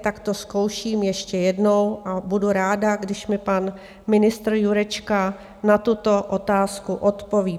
Tak to zkouším ještě jednou a budu ráda, když mi pan ministr Jurečka na tuto otázku odpoví.